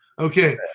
Okay